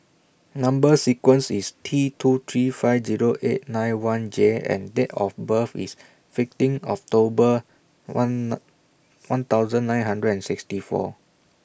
Number sequence IS T two three five Zero eight nine one J and Date of birth IS fifteen October one one thousand nine hundred and sixty four